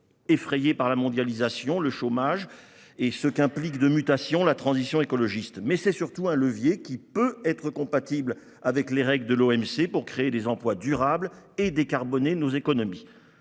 effrayés par la mondialisation, le chômage et ce qu'implique de mutations la transition écologique. Mais c'est surtout un levier, qui peut être compatible avec les règles de l'OMC, pour créer des emplois durables et décarboner nos économies.